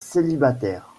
célibataire